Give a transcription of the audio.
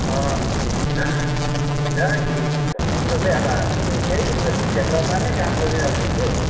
गाडी भन्ने कुरो चाहिँ अब हामी चाहिँ उयस क्षेत्रमा नै काम गरिरहेको छौँ कि